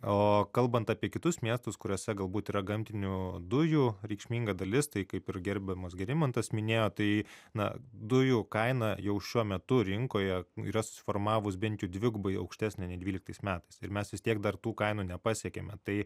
o kalbant apie kitus miestus kuriuose galbūt yra gamtinių dujų reikšminga dalis tai kaip ir gerbiamas gerimantas minėjo tai na dujų kaina jau šiuo metu rinkoje yra susiformavus bent jau dvigubai aukštesnė nei dvyliktais metais ir mes vis tiek dar tų kainų nepasiekėme tai